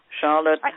Charlotte